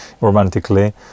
romantically